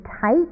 tight